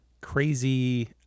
crazy